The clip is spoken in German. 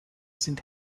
sind